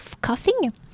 coughing